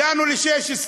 הגענו ל-2016,